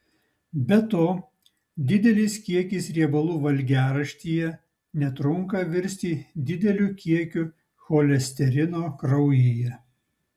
be to didelis kiekis riebalų valgiaraštyje netrunka virsti dideliu kiekiu cholesterino kraujyje